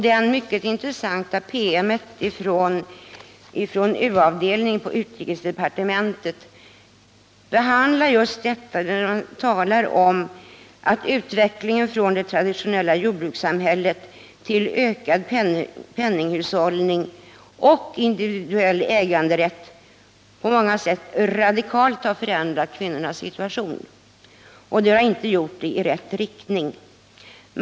Den mycket intressanta promemorian från u-avdelningen på utrikesdepartementet behandlar just denna fråga. Det redogörs där för hur utvecklingen från det traditionella jordbrukssamhället till ett samhälle med ökad penninghushållning och individuell äganderätt på många sätt radikalt har förändrat kvinnornas situation — och det har inte skett i rätt riktning.